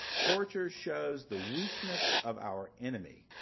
torture shows the weakness of our enemy,